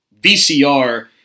VCR